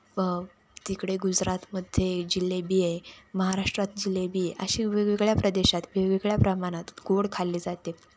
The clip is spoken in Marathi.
व तिकडे गुजरातमध्ये जिलेबी आहे महाराष्ट्रात जिलेबी आहे अशी वेगवेगळ्या प्रदेशात वेगवेगळ्या प्रमाणात गोड खाल्ले जाते